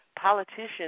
politicians